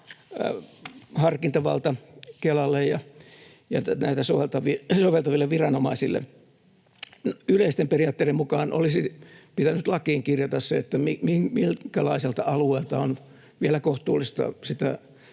harkintavalta Kelalle ja näitä soveltaville viranomaisille. Yleisten periaatteiden mukaan olisi pitänyt lakiin kirjata se, minkälaiselta alueelta on vielä kohtuullista sitä